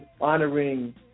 honoring